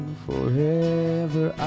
forever